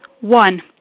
One